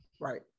Right